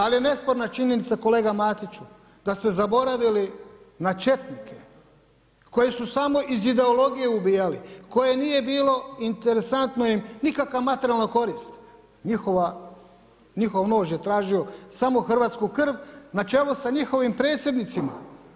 Ali nesporna činjenica kolega Matiću, da ste zaboravili na četnike koji su samo iz ideologije ubijali, koje nije bilo interesantno im nikakva materijalna korist, njihov nož je tražio samo hrvatsku krv na čelu sa njihovim predsjednicima.